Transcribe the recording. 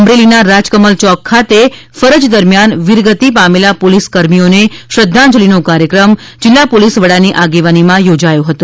અમરેલીના રાજકમલ ચોક ખાતે ફરજ દરમ્યાન વીરગતિ પામેલા પોલિસકર્મીઓને શ્રદ્ધાંજલીનો કાર્યક્રમ જિલ્લા પોલિસ વડાની આગેવાનીમાં યોજાયો હતો